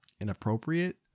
inappropriate